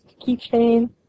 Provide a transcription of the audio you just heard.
keychain